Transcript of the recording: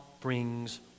brings